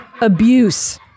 abuse